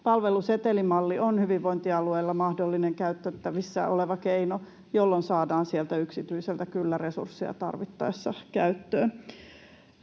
Palvelusetelimalli on hyvinvointialueilla mahdollinen käytettävissä oleva keino, jolloin saadaan sieltä yksityiseltä kyllä resursseja tarvittaessa käyttöön.